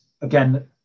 again